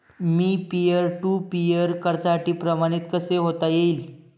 Me peer to peer कर्जासाठी प्रमाणित कसे होता येईल?